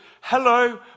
Hello